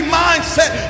mindset